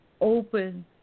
open